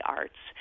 arts